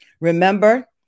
Remember